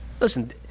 Listen